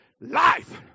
life